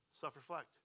self-reflect